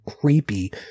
creepy